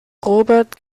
robert